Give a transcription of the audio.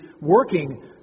working